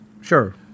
Sure